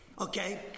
okay